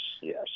yes